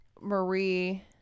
Marie